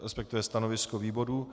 Respektive stanovisko výboru.